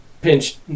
pinched